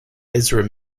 ezra